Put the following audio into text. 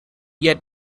yet